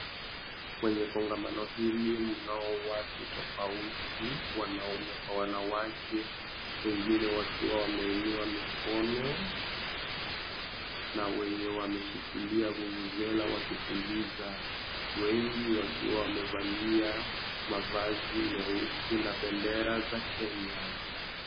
Kwenye kongamano hili mnao watu tofauti, wanaume kwa wanawake wengine wakiwa wameinua mikono, na wenye wameshikilia vuvuzela wakipuliza. Wengi wakiwa wamevalia mavazi meusi na bendera za Kenya.